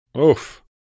Oof